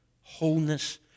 wholeness